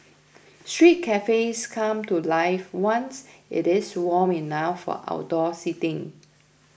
street cafes come to life once it is warm enough for outdoor seating